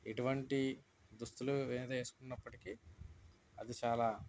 ఎటువంటి దుస్తులు మీద వేసుకున్నప్పటికి అది చాలా